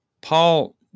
Paul